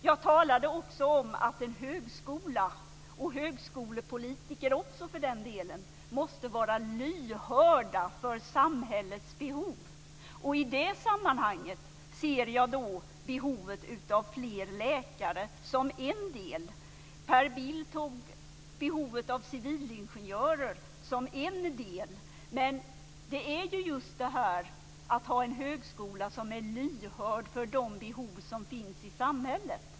Jag talade även om att en högskola, och högskolepolitiker också för den delen, måste vara lyhörd för samhällets behov. I det sammanhanget ser jag behovet av fler läkare som en del. Per Bill tog upp behovet av civilingenjörer som en del. Men det handlar just om att ha en högskola som är lyhörd för de behov som finns i samhället.